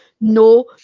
no